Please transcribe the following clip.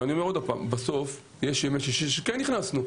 אני אומר שוב, בסוף יש מצבים בהם כן נכנסנו.